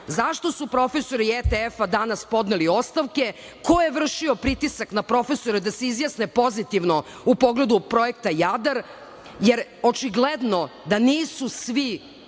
zašto su profesori ETF danas podneli ostavke, ko je vršio pritisak na profesore da se izjasne pozitivno u pogledu projekta "Jadar", jer očigledno da nisu svi